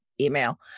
email